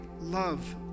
love